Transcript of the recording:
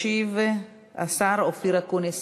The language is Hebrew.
ישיב השר אופיר אקוניס.